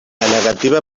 negativa